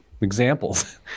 examples